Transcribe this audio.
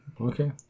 Okay